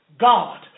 God